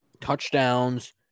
touchdowns